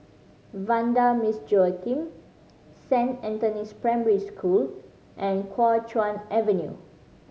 Vanda Miss Joaquim Saint Anthony's Primary School and Kuo Chuan Avenue